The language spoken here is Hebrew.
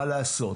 מה לעשות.